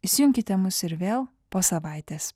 įsijunkite mus ir vėl po savaitės